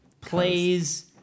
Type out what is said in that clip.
plays